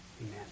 Amen